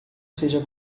seja